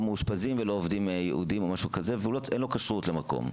מאושפזים או עובדים יהודים או משהו כזה ואין לו כשרות למקום,